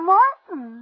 Martin